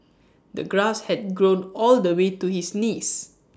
the grass had grown all the way to his knees